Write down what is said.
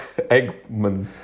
Eggman